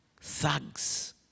thugs